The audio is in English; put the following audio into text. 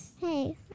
hey